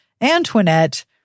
Antoinette